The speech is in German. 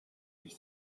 sich